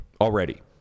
already